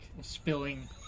spilling